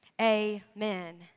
amen